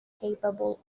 capable